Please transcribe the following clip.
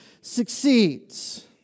succeeds